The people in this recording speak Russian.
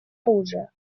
оружия